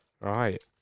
Right